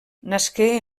nasqué